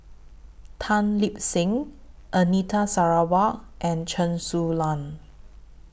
Tan Lip Seng Anita Sarawak and Chen Su Lan